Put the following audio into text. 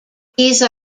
these